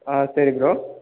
ஆ சரி ப்ரோ